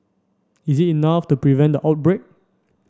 is it enough to prevent the outbreak